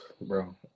bro